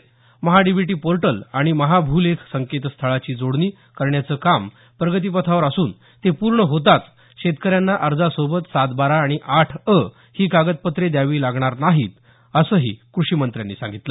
MahaDBT portal आणि महाभूलेख संकेतस्थळाची जोडणी करण्याचं काम प्रगतिपथावर असून ते पूर्ण होताच शेतकऱ्यांना अर्जासोबत सातबारा आणि आठ अ ही कागदपत्रे द्यावी लागणार नाहीत असंही कृषीमंत्र्यांनी सांगितलं